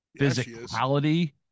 physicality